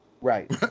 right